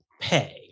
pay